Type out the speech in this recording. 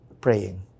praying